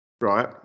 Right